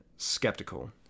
skeptical